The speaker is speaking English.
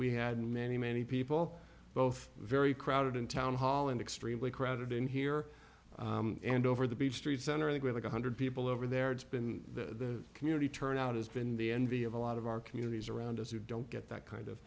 we had many many people both very crowded in town hall and extremely crowded in here and over the beach street center and with one hundred people over there it's been the community turnout has been the envy of a lot of our communities around us who don't get that kind